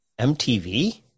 MTV